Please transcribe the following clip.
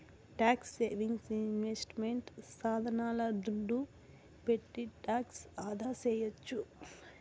tax saving investment సాధనాల దుడ్డు పెట్టి టాక్స్ ఆదాసేయొచ్చు